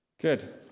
Good